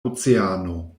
oceano